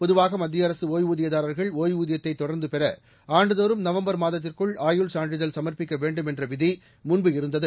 பொதுவாக மத்திய அரசு ஒய்வூதியதாரர்கள் ஓய்வூதியத்தை தொடர்ந்து பெற ஆண்டுதோறும் நவம்பர் மாதத்திற்குள் ஆயுள் சான்றிதழ் சமர்ப்பிக்க வேண்டும் என்ற விதி முன்பு இருந்தது